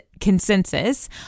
consensus